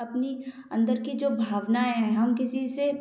अपनी अंदर की जो भावना है हम किसी से